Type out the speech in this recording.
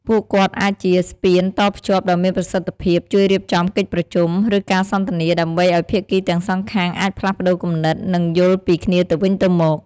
ពួកគាត់អាចជាស្ពានតភ្ជាប់ដ៏មានប្រសិទ្ធភាព ជួយរៀបចំកិច្ចប្រជុំ ឬការសន្ទនា ដើម្បីឲ្យភាគីទាំងសងខាងអាចផ្លាស់ប្តូរគំនិត និងយល់ពីគ្នាទៅវិញទៅមក។